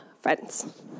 Friends